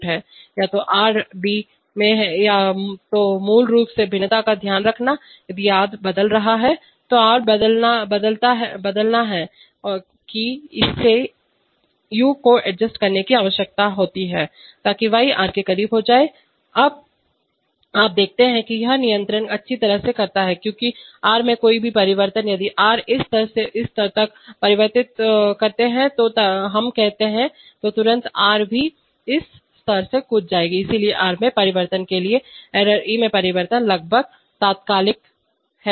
या तो r d में या तो मूल रूप से भिन्नता का ध्यान रखना यदि r बदल रहा है तो r को बदलना है कि इसे u को एडजस्ट करने की आवश्यकता है ताकि y r के करीब हो जाए अब आप देखते हैं कि यह नियंत्रक अच्छी तरह करता है से क्योंकि r में कोई भी परिवर्तन यदि r इस स्तर से इस स्तर तक परिवर्तन करते हैं तो हम कहते हैं तो तुरंत एरर भी इस स्तर से कूद जाएगी इसलिए r में परिवर्तन के लिए एरर e में परिवर्तन लगभग तात्कालिक है